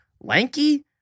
Lanky